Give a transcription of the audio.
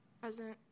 Present